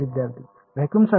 विद्यार्थीः व्हॅक्यूमसाठी